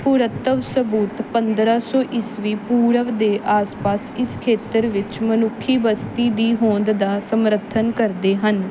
ਪੁਰਾਤੱਤਵ ਸਬੂਤ ਪੰਦਰ੍ਹਾਂ ਸੌ ਈਸਵੀ ਪੂਰਵ ਦੇ ਆਸ ਪਾਸ ਇਸ ਖੇਤਰ ਵਿੱਚ ਮਨੁੱਖੀ ਬਸਤੀ ਦੀ ਹੋਂਦ ਦਾ ਸਮਰਥਨ ਕਰਦੇ ਹਨ